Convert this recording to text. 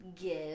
give